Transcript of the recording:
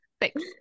thanks